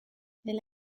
elle